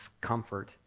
comfort